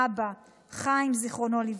אבא חיים ז"ל,